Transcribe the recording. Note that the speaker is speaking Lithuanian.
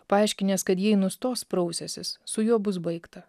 paaiškinęs kad jei nustos prausęsis su juo bus baigta